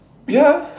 ya